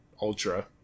Ultra